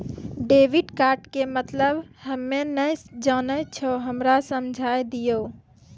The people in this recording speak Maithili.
डेबिट कार्ड के मतलब हम्मे नैय जानै छौ हमरा समझाय दियौ?